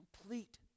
complete